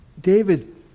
David